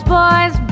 boys